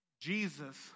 Jesus